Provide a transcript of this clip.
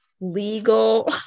legal